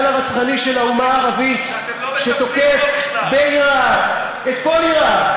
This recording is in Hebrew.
כבוד היושב-ראש, תודה רבה, חברי השרים,